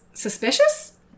suspicious